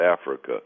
Africa